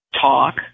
talk